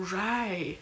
right